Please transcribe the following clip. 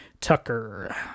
Tucker